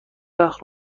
وقت